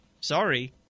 Sorry